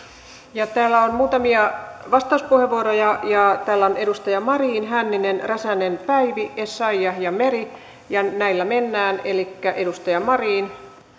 täällä on muutamia vastauspuheenvuoroja täällä on edustaja marin hänninen räsänen päivi essayah ja ja meri näillä mennään edustaja marin